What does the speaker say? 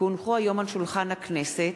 כי הונחו היום על שולחן הכנסת,